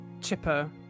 chipper